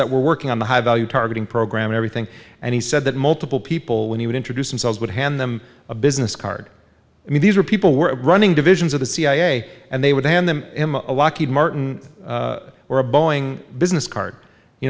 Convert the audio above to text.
that were working on the high value targeting program everything and he said that multiple people when he would introduce themselves would hand them a business card i mean these are people were running divisions of the cia and they would hand them a lockheed martin or a boeing business card you